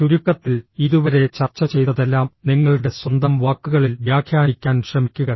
ചുരുക്കത്തിൽ ഇതുവരെ ചർച്ച ചെയ്തതെല്ലാം നിങ്ങളുടെ സ്വന്തം വാക്കുകളിൽ വ്യാഖ്യാനിക്കാൻ ശ്രമിക്കുക